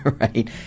right